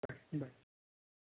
bye